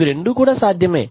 ఇవి రెండూ కూడా సాధ్యమే